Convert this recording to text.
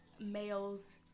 males